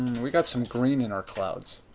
we've got some green in our clouds.